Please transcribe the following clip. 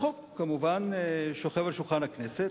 החוק כמובן שוכב על שולחן הכנסת,